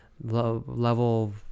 level